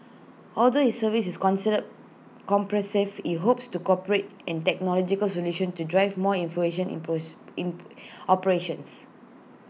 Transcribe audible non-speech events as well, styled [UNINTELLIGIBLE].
although his service is considered comprehensive he hopes to corporate and technological solutions to drive more innovation in [UNINTELLIGIBLE] in operations